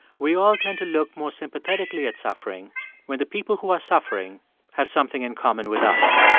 we all tend to look more sympathetically at suffering when the people who are suffering have something in common with us.